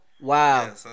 Wow